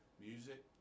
Music